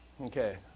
Okay